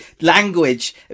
language